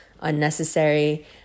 unnecessary